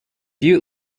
butte